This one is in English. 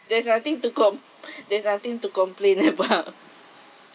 there's nothing to com~ there's nothing to complain about